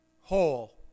whole